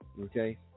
Okay